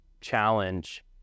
challenge